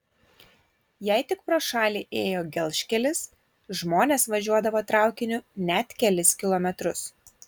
jei tik pro šalį ėjo gelžkelis žmonės važiuodavo traukiniu net kelis kilometrus